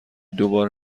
دوبار